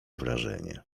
wrażenie